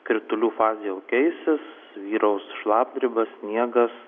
kritulių fazė jau keisis vyraus šlapdriba sniegas